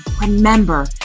remember